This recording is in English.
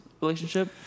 relationship